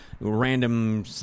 random